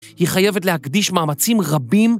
היא חייבת להקדיש מאמצים רבים